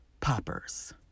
poppers